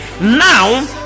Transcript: Now